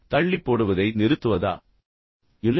தள்ளிப்போடுவதை நிறுத்துவதா இல்லையா